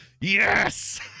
Yes